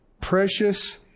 Precious